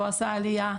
הוא עשה עליה?